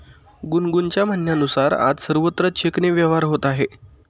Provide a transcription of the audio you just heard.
गुनगुनच्या म्हणण्यानुसार, आज सर्वत्र चेकने व्यवहार होत आहे